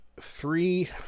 three